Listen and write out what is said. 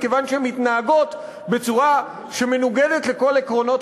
מכיוון שהן מתנהגות בצורה שמנוגדת לכל עקרונות